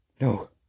No